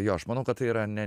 jo aš manau kad tai yra ne